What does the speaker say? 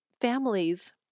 families